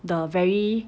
the very